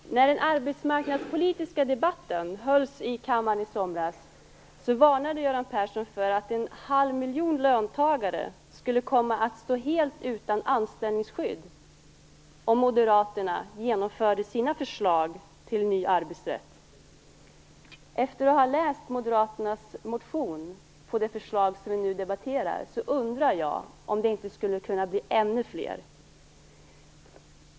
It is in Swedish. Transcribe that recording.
Fru talman! När den arbetsmarknadspolitiska debatten hölls i kammaren i somras varnade Göran Persson för att en halv miljon löntagare skulle komma att stå helt utan anställningsskydd om Moderaterna genomförde sina förslag till ny arbetsrätt. Efter att ha läst Moderaternas motion till det förslag som vi nu debatterar undrar jag om det inte skulle kunna bli ännu fler.